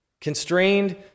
constrained